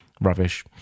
Rubbish